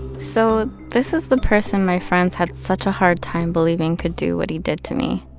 so this is the person my friends had such a hard time believing could do what he did to me.